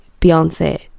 Beyonce